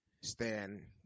Stand